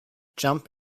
jump